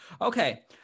Okay